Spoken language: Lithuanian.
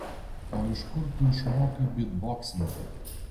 o iš kur tu išmokai bytboksinti